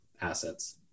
assets